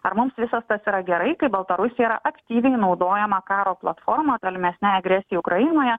ar mums visas tas yra gerai kai baltarusija yra aktyviai naudojama karo platforma tolimesnei agresijai ukrainoje